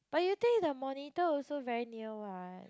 but you think the monitor also very near what